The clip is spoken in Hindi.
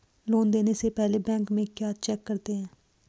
लोन देने से पहले बैंक में क्या चेक करते हैं?